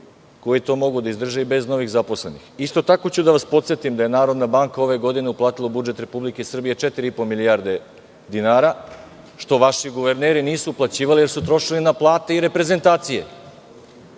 koji to mogu da izdrže i bez zapošljavanja novih. Isto tako ću da vas podsetim da je Narodna banka ove godine uplatila u budžet Republike Srbije 4,5 milijardi dinara, što vaši guverneri nisu uplaćivali jer su trošili na plate i reprezenatcije.